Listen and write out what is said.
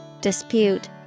dispute